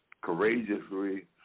courageously